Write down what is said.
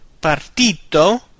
Partito